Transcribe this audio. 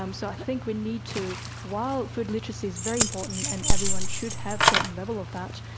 um so i think we need to. while food literacy's very important and everyone should have certain level of that,